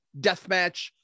Deathmatch